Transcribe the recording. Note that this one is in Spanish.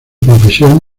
profesión